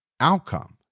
outcome